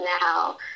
now